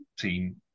team